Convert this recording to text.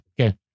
Okay